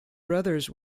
brothers